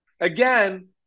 again